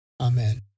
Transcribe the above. Amen